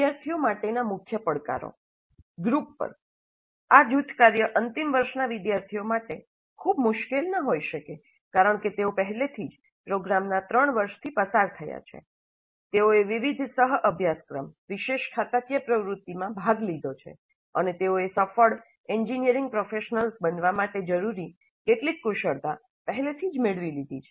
વિદ્યાર્થીઓ માટેના મુખ્ય પડકારો કેટલાક મુખ્ય પડકારો ગ્રુપ વર્ક આ જૂથ કાર્ય અંતિમ વર્ષના વિદ્યાર્થીઓ માટે ખૂબ મુશ્કેલ ન હોઈ શકે કારણ કે તેઓ પહેલાથી જ પ્રોગ્રામના 3 વર્ષથી પસાર થયા છે તેઓએ વિવિધ સહ અભ્યાસક્રમ વિશેષ ખાતાકીય પ્રવૃત્તિઓ માં ભાગ લીધો છે અને તેઓએ સફળ એન્જિનિયરિંગ પ્રોફેશનલ્સ બનવા માટે જરૂરી કેટલીક કુશળતા પહેલેથી જ મેળવી લીધી છે